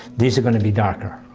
these are going to be darker.